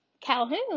Calhoun